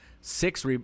six